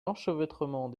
l’enchevêtrement